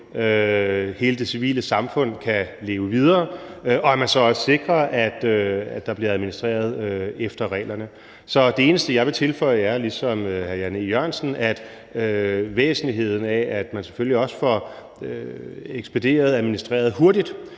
hele det civile samfund kan leve videre, og at man så på den anden side også sikrer, at der bliver administreret efter reglerne. Så det eneste, som jeg ligesom hr. Jan E. Jørgensen vil tilføje, er væsentligheden af, at man selvfølgelig også får ekspederet og administreret det hurtigt.